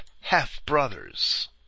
half-brothers